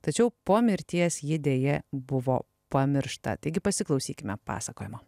tačiau po mirties ji deja buvo pamiršta taigi pasiklausykime pasakojimo